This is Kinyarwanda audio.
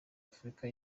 afurika